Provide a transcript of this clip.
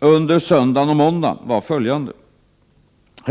under söndagen och måndagen var följande.